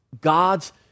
God's